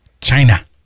China